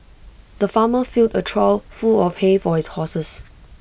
the farmer filled A trough full of hay for his horses